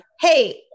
Hey